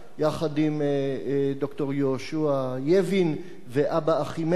יחד עם ד"ר יהושע ייבין ואורי צבי גרינברג.